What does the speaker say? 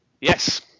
Yes